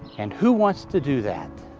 and who wants to do that?